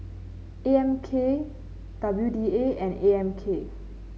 A M K W D A and A M K